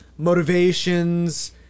motivations